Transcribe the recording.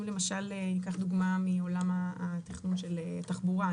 אם למשל ניקח דוגמה מעולם התכנון של תחבורה,